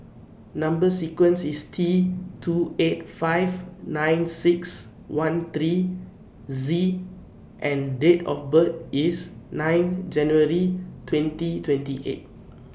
Number sequence IS T two eight five nine six one three Z and Date of birth IS nine January twenty twenty eight